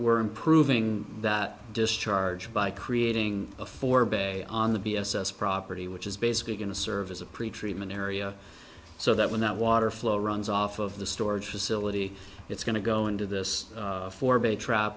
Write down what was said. we're improving that discharge by creating a four bed on the b s s property which is basically going to serve as a pretreatment area so that when that water flow runs off of the storage facility it's going to go into this four bay trap